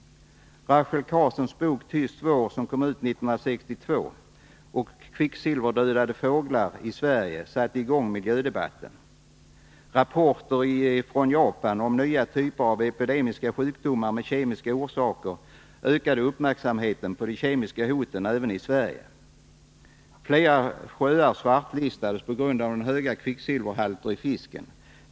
Rachel Carsons bok Tyst vår, som kom ut 1962, och kvicksilverdödade fåglar i Sverige satte i gång miljödebatten. Rapporter från Japan om nya typer av epidemiska sjukdomar med kemiska orsaker ökade uppmärksamheten på de kemiska hoten även i Sverige. Flera sjöar svartlistades på grund av höga kvicksilverhalter i fisken.